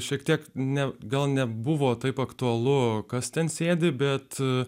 šiek tiek ne gal nebuvo taip aktualu kas ten sėdi bet